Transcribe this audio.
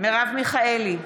מרב מיכאלי,